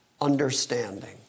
understanding